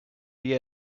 year